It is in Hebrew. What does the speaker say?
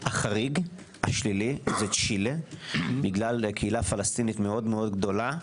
החריג השלילי זה צ'ילה בגלל קהילה פלסטינית מאוד-מאוד גדולה.